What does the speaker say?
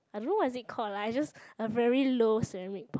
I don't know what is it called lah I just a very low ceramic pot